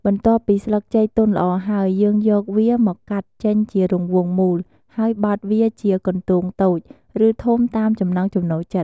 បន្ទាប់ពីស្លឹកចេកទន់ល្អហើយ យើងយកវាមកកាត់ចេញជារង្វង់មូល ហើយបត់វាជាកន្ទោងតូច ឬធំតាមចំណង់ចំណូលចិត្ត។